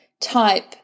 type